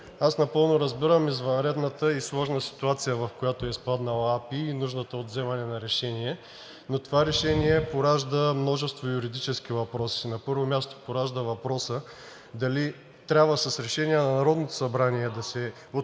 Аз напълно разбирам извънредната и сложна ситуация, в която е изпаднала АПИ, и нуждата от вземане на решение, но това решение поражда множество юридически въпроси. На първо място, поражда въпроса дали трябва с решение на Народното събрание да се отпуснат